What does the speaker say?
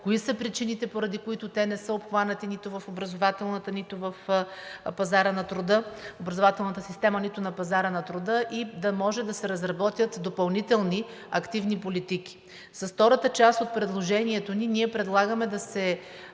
кои са причините, поради които те не са обхванати нито в образователната система, нито на пазара на труда, и да може да се разработят допълнителни активни политики. С втората част от предложението ни ние предлагаме да се